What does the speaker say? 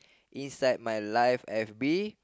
inside my live F_B